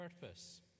purpose